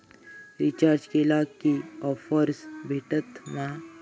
Recharge केला की offers भेटात मा?